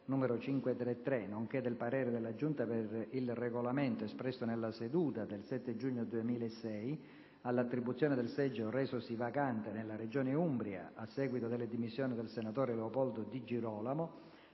n. 533, nonché del parere della Giunta per il Regolamento espresso nella seduta del 7 giugno 2006, all'attribuzione del seggio resosi vacante nella Regione Umbria, a seguito delle dimissioni del senatore Leopoldo Di Girolamo,